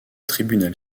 tribunal